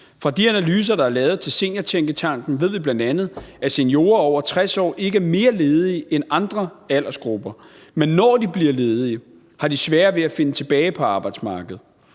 Fra de analyser, der er lavet til Seniortænketanken, ved vi bl.a., at seniorer over 60 år ikke er mere ledige end andre aldersgrupper. Men når de bliver ledige, har de sværere ved at finde tilbage på arbejdsmarkedet.